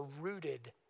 rooted